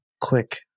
quick